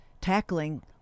tackling